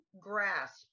grasp